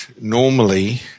normally